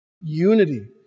unity